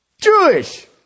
Jewish